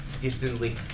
distantly